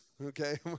Okay